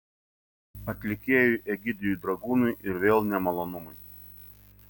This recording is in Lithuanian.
atlikėjui egidijui dragūnui ir vėl nemalonumai